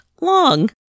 long